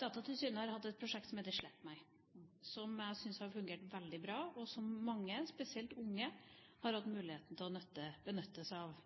Datatilsynet har hatt et prosjekt som heter slettmeg.no, som jeg syns har fungert veldig bra, og som mange, spesielt unge, har hatt muligheten til å benytte seg av.